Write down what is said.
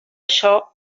açò